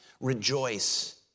rejoice